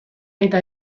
eta